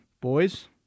Boys